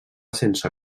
sense